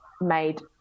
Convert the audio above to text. made